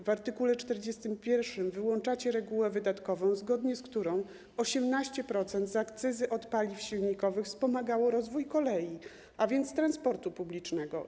W art. 41 wyłączacie regułę wydatkową, zgodnie z którą 18% z akcyzy od paliw silnikowych wspomagało rozwój kolei, a więc transportu publicznego.